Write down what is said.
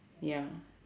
ya